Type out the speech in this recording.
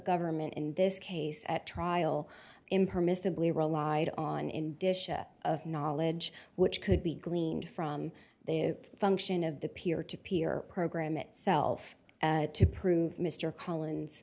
government in this case at trial impermissibly relied on in disha of knowledge which could be gleaned from the function of the peer to peer program itself to prove mr collins